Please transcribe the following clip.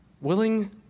willing